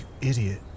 idiot